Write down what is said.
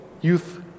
youth